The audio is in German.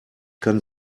kann